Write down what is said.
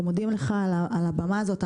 אנחנו מודים לך על הבמה הזאת.